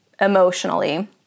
emotionally